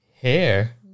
Hair